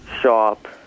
shop